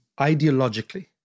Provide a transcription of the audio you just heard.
...ideologically